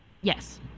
Yes